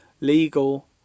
Legal